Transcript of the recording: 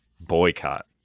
Boycott